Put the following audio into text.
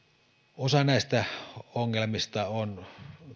osa näistä ongelmista on